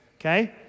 Okay